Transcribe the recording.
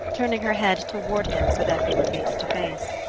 turning her head toward him so that they were face to face.